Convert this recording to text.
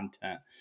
content